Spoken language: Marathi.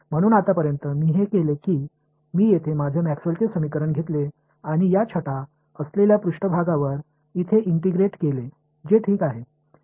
म्हणून आतापर्यंत मी हे केले की मी येथे माझे मॅक्सवेलचे समीकरण घेतले आणि या छटा असलेल्या पृष्ठभागावर इथे इंटिग्रेट केले जे ठीक आहे